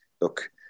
look